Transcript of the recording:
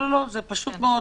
זה פשוט מאוד.